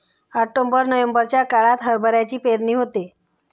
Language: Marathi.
ऑक्टोबर नोव्हेंबरच्या काळात हरभऱ्याची पेरणी होते